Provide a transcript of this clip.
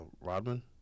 Rodman